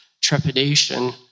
trepidation